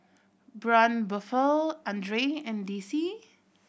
Braun Buffel Andre and D C